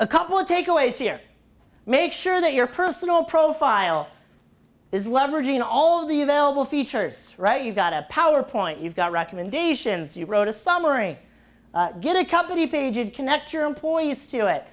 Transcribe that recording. a couple of takeaways here make sure that your personal profile is leveraging all the available features right you've got a powerpoint you've got recommendations you wrote a summary get a company page and connect your employees to it